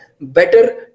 better